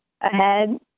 ahead